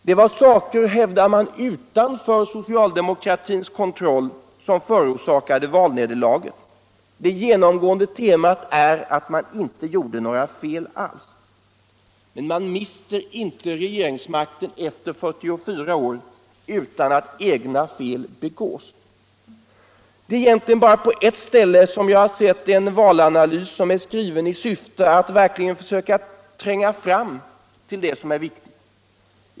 Det var saker, hävdar man, utanför socialdemokratins kontroll som förorsakade valnederlaget. Det genomgående temat är att man inte gjorde några fel alls. Men man mister inte makten efter 44 år utan att egna fel begås. Det är cgentligen bara på ett ställe jag sett en valanalys som är gjord i syfte att verkligen försöka tränga fram till det som är viktigt.